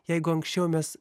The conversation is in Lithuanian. jeigu anksčiau mes